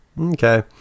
Okay